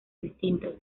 distintas